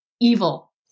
evil